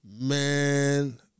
Man